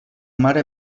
mare